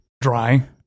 dry